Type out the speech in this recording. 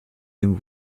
ihren